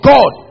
God